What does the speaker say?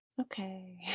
Okay